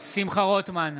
שמחה רוטמן,